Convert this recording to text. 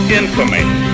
infamy